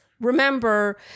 Remember